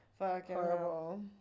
Horrible